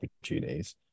opportunities